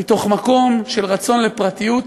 מתוך מקום של רצון לפרטיות,